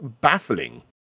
baffling